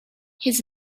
his